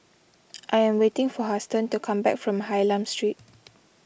I am waiting for Huston to come back from Hylam Street